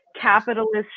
capitalist